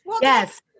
Yes